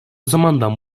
zamandan